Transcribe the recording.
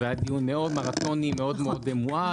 זה היה דיון מאוד מרתוני, מאוד מאוד מואץ.